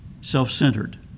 self-centered